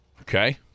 Okay